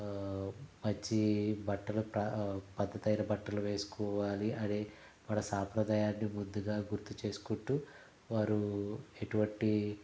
మంచి బట్టలు ప్ర పద్దతైన బట్టలు వేసుకోవాలి అని మన సాంప్రదాయాన్ని ముందుగా గుర్తు చేసుకుంటూ వారు ఎటువంటి